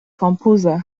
composer